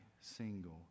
single